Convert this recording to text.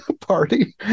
party